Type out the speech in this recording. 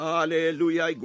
Hallelujah